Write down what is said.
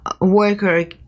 worker